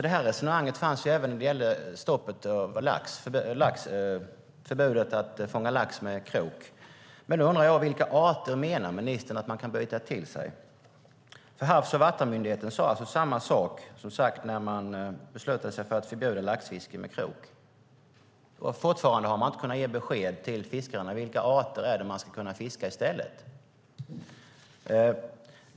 Det resonemanget fanns även när det gällde förbudet att fånga lax med krok. Jag undrar vilka arter ministern menar att man kan byta till sig. Havs och vattenmyndigheten sade samma sak när man beslutade sig för att förbjuda laxfiske med krok, och man har fortfarande inte kunnat ge besked till fiskarna om vilka arter man ska kunna fiska i stället.